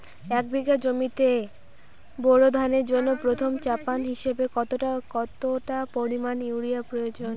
এক বিঘা জমিতে বোরো ধানের জন্য প্রথম চাপান হিসাবে কতটা পরিমাণ ইউরিয়া প্রয়োজন?